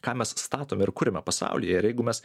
ką mes statome ir kuriame pasaulyje ir jeigu mes